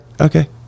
okay